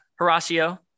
Horacio